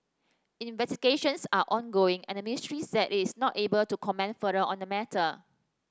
investigations are ongoing and ministry said it is not able to comment further on the matter